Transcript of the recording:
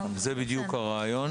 זה בדיוק הרעיון.